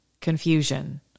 confusion